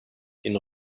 den